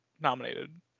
nominated